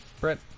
Brett